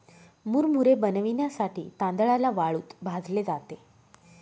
मुरमुरे बनविण्यासाठी तांदळाला वाळूत भाजले जाते